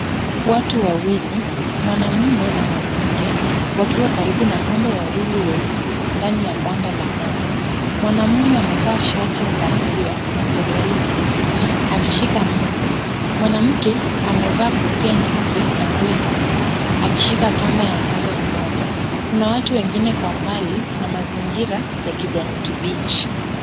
Watu wawili, mwanamume na mwanamke, wakiwa karibu na ng'ombe wawili weusi ndani ya banda la ng'ombe. Mwanamume amevaa shati la milia na suruali nyeusi, akishika mti. Mwanamke amevaa kofia nyeupe na nguo nyeusi, akishika kamba ya ng'ombe mmoja, kuna watu wengine kwa mbali na mazingira ya kijani kibichi.